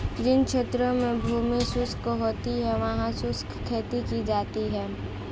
जिन क्षेत्रों में भूमि शुष्क होती है वहां शुष्क खेती की जाती है